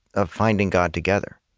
ah finding god together.